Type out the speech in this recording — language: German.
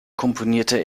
komponierte